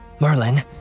Merlin